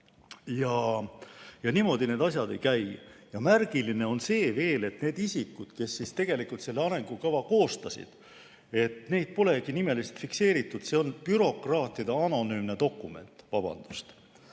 Niimoodi need asjad ei käi. Märgiline on veel see, et neid isikuid, kes tegelikult selle arengukava koostasid, polegi nimeliselt fikseeritud. See on bürokraatide anonüümne dokument. Vabandust!